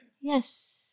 Yes